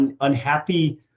unhappy